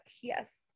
yes